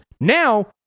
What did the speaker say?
Now